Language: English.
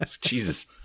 Jesus